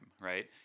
right